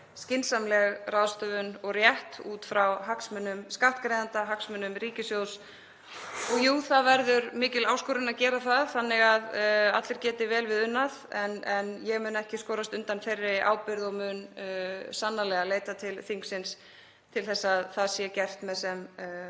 skynsamleg ráðstöfun og rétt út frá hagsmunum skattgreiðenda og hagsmunum ríkissjóðs. Það verður mikil áskorun að gera það þannig að allir geti vel við unað. Ég mun ekki skorast undan þeirri ábyrgð og mun sannarlega leita til þingsins til að það verði gert með sem